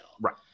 Right